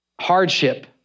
hardship